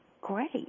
great